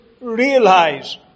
realize